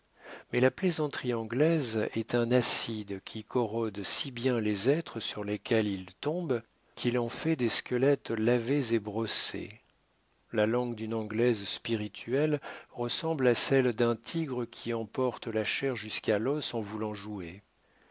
mais la plaisanterie anglaise est un acide qui corrode si bien les êtres sur lesquels il tombe qu'il en fait des squelettes lavés et brossés la langue d'une anglaise spirituelle ressemble à celle d'un tigre qui emporte la chair jusqu'à l'os en voulant jouer